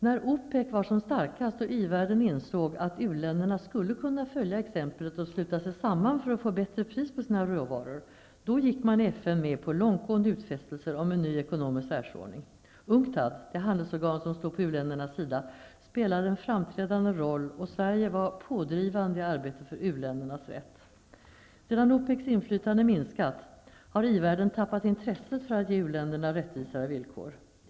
När OPEC var som starkast och i-världen insåg att u-länderna skulle kunna följa exemplet och sluta sig samman för att få bättre pris på sina råvaror, gick man i FN med på långtgående utfästelser om en ny ekonomisk världsordning. UNCTAD, det handelsorgan som stod på u-ländernas sida, spelade en framträdande roll och Sverige var pådrivande i arbetet för u-ländernas rätt. Sedan OPEC:s inflytande minskat har i-världen tappat intresset för att ge u-länderna rättvisare villkor.